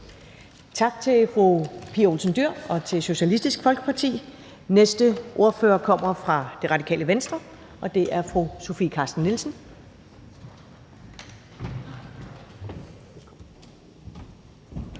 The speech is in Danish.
Tak til fru Pia Olsen Dyhr og til Socialistisk Folkeparti. Næste ordfører kommer fra Radikale Venstre, og det er fru Sofie Carsten Nielsen.